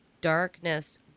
Darkness